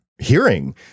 hearing